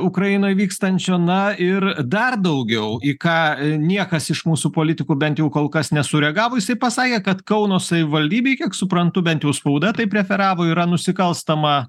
ukrainoj vykstančio na ir dar daugiau į ką niekas iš mūsų politikų bent jau kol kas nesureagavo jisai pasakė kad kauno savivaldybėj kiek suprantu bent jau spauda taip referavo yra nusikalstama